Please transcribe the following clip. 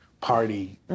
party